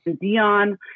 Dion